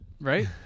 right